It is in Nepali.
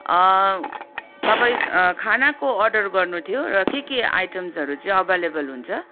तपाईँ खानाको अर्डर गर्नु थियो र के के आइटम्सहरू चाहिँ अभाइलेबल हुन्छ